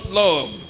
love